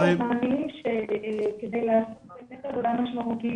מענה כדי לעשות באמת עבודה משמעותית